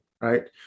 Right